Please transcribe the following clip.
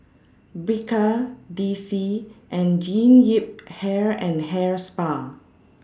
Bika D C and Jean Yip Hair and Hair Spa